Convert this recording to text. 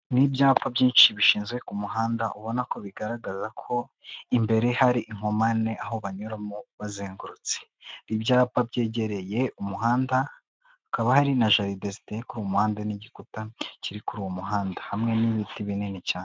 Ni ibyapa byinshi bishinzwe ku muhanda ubona ko bigaragaza ko imbere hari inkomane aho banyuramo bazengurutse, ibyapa byegereye umuhanda, hakaba hari na jaride ziteye ku mpande n'igikuta kiri kuri uwo muhanda hamwe n'ibiti binini cyane.